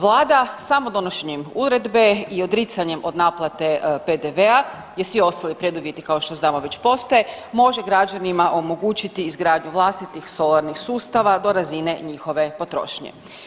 Vlada samo donošenjem uredbe i odricanjem od naplate PDV-a jer svi ostali preduvjeti kao što znamo već postoje može građanima omogućiti izgradnju vlastitih solarnih sustava do razine njihove potrošnje.